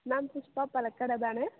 ma'am Pushpa பழக் கடை தானே